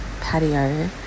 patio